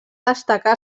destacar